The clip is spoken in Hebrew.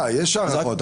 יש הערכות.